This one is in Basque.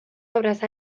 obraz